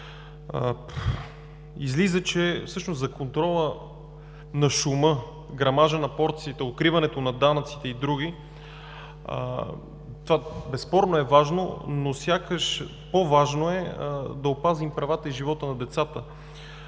проверките. Контролът на шума, грамажа на порциите, укриването на данъците и други – това безспорно е важно, но сякаш е по-важно да опазим правата и живота на децата,